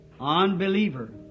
Unbeliever